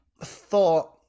thought